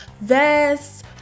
vests